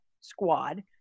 squad